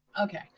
Okay